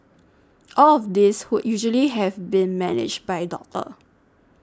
all of this would usually have been managed by doctor